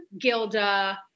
Gilda